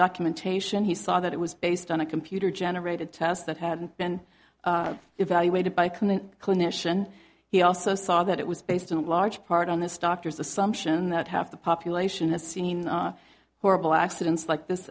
documentation he saw that it was based on a computer generated test that had been evaluated by couldn't clinician he also saw that it was based in large part on this doctor's assumption that half the population has seen a horrible accidents like this